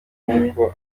n’uko